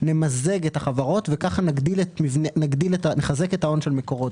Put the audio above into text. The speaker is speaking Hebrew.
נמזג את החברות וכך נחזק את ההון של מקורות.